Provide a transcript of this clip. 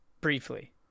Briefly